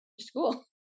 school